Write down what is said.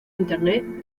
internet